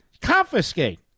confiscate